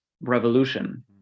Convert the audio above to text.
revolution